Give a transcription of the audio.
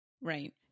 Right